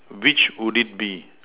which would it be